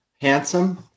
handsome